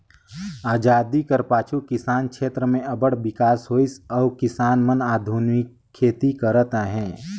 अजादी कर पाछू किसानी छेत्र में अब्बड़ बिकास होइस अउ किसान मन आधुनिक खेती करत अहें